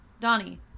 Donnie